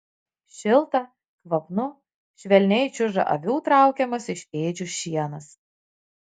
šilta kvapnu švelniai čiuža avių traukiamas iš ėdžių šienas